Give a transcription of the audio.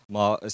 Maar